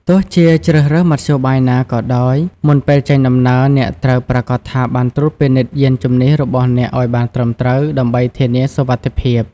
ទោះជាជ្រើសរើសមធ្យោបាយណាក៏ដោយ មុនពេលចេញដំណើរ អ្នកត្រូវប្រាកដថាបានត្រួតពិនិត្យយានជំនិះរបស់អ្នកឲ្យបានត្រឹមត្រូវ ដើម្បីធានាសុវត្ថិភាព។